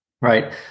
right